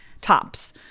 tops